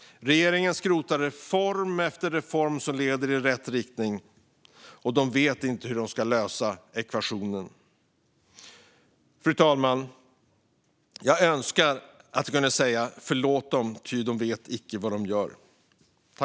Regeringen skrotar reform efter reform som leder i rätt riktning, och de vet inte hur de ska lösa ekvationen. Fru talman! Jag önskar att jag kunde säga "förlåt dem; ty de veta icke vad de göra".